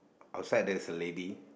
outside there's a lady